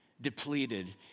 depleted